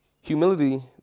humility